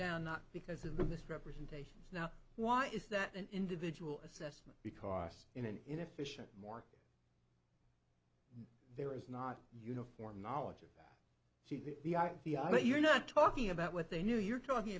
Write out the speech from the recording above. down not because of the misrepresentations now why is that an individual assessment because in an inefficient more there is not uniform knowledge of sheep but you're not talking about what they knew you're talking